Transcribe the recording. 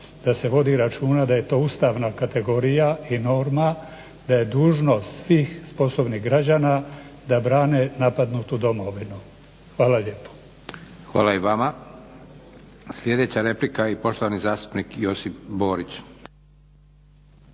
da se vodi računa da je to ustavna kategorija i norma, da je dužnost svih sposobnih građana da brane napadnutu domovinu. Hvala lijepa. **Leko, Josip (SDP)** Hvala i vama. Sljedeća replika i poštovani zastupnik Josip Borić.